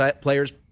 players